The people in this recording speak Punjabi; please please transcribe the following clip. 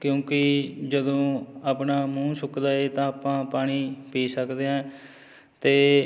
ਕਿਉਂਕਿ ਜਦੋਂ ਆਪਣਾ ਮੂੰਹ ਸੁੱਕਦਾ ਹੈ ਤਾਂ ਆਪਾਂ ਪਾਣੀ ਪੀ ਸਕਦੇ ਹਾਂ ਅਤੇ